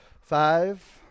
Five